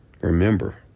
Remember